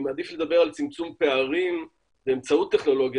אני מעדיף לדבר על צמצום פערים באמצעות טכנולוגיה